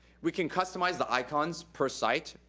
we can customize the icons per site,